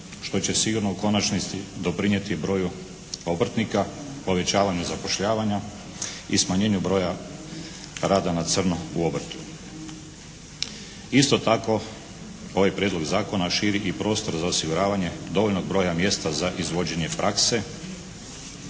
što će sigurno u konačnici doprinijeti broju obrtnika, povećavanju zapošljavanja i smanjenju broja rada na crno u obrtu. Isto tako ovaj Prijedlog zakona širi i prostor za osiguravanje dovoljnog broja mjesta za izvođenje prakse